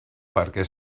perquè